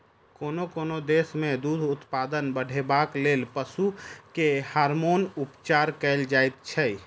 कोनो कोनो देश मे दूध उत्पादन बढ़ेबाक लेल पशु के हार्मोन उपचार कएल जाइत छै